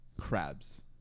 crabs